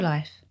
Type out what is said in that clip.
Life